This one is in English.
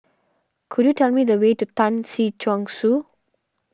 could you tell me the way to Tan Si Chong Su